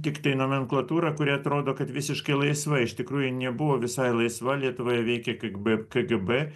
tiktai nomenklatūrą kuri atrodo kad visiškai laisva iš tikrųjų nebuvo visai laisva lietuvoje veikė kgb kgb